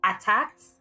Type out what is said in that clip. attacked